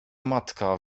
matka